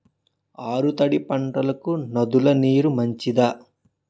ఆరు తడి పంటలకు నదుల నీరు మంచిదా?